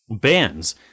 bands